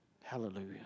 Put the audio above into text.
Hallelujah